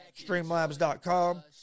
streamlabs.com